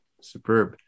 Superb